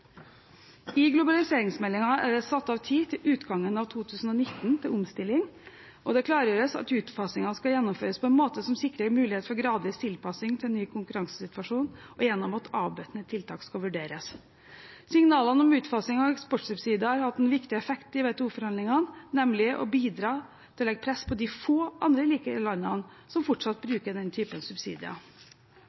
I globaliseringsmeldingen er det satt av tid til utgangen av 2019 til omstilling. Det klargjøres at utfasingen skal gjennomføres på en måte som sikrer mulighet for gradvis tilpasning til ny konkurransesituasjon og gjennom at avbøtende tiltak skal vurderes. Signalene om utfasing av eksportsubsidier har hatt en viktig effekt i WTO-forhandlingene, nemlig å bidra til å legge press på de få andre rike landene som fortsatt bruker denne typen subsidier.